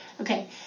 Okay